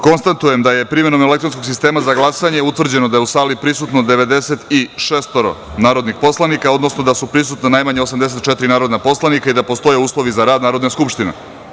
Konstatujem da je primenom elektronskog sistema za glasanje utvrđeno da je u sali prisutno 96 narodnih poslanika, odnosno da su prisutna najmanje 84 narodnih poslanika i da postoje uslovi za rad Narodne skupštine.